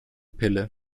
pille